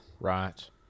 Right